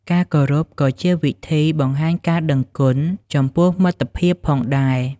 ការគោរពក៏ជាវិធីបង្ហាញការដឹងគុណចំពោះមិត្តភាពផងដែរ។